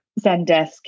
Zendesk